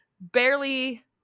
barely